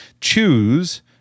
choose –